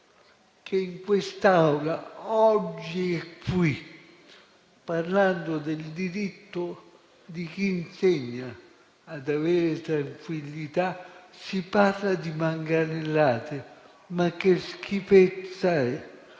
che in quest'Aula, oggi e qui, parlando del diritto di chi insegna ad avere tranquillità, si parli di manganellate. Ma che schifezza è?